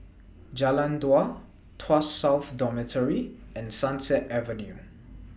Jalan Dua Tuas South Dormitory and Sunset Avenue